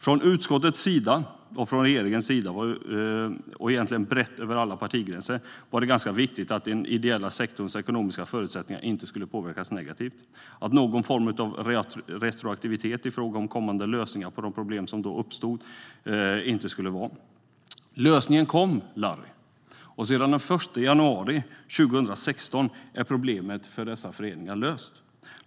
Från utskottets och regeringens sida - och egentligen brett över alla partigränser - ansåg man att det var ganska viktigt att den ideella sektorns ekonomiska förutsättningar inte skulle påverkas negativt, att det inte skulle vara någon form av retroaktivitet i fråga om kommande lösningar på de problem som uppstod. Lösningen kom, Larry, och sedan den 1 januari 2016 är problemet för dessa föreningar löst.